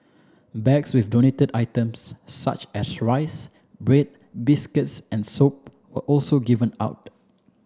bags with donated items such as rice bread biscuits and soap were also given out